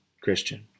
Christian